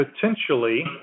potentially